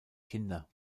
kinder